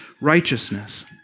righteousness